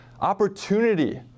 opportunity